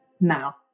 now